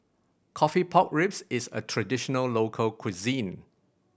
coffee pork ribs is a traditional local cuisine